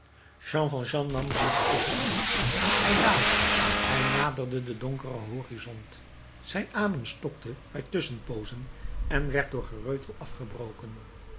valjean nam ziender oogen af hij daalde hij naderde den donkeren horizont zijn adem stokte bij tusschenpoozen en werd door gereutel afgebroken